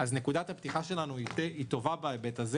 נקודת הפתיחה שלנו היא טובה בהיבט הזה.